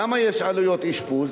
למה יש עלויות אשפוז?